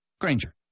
Granger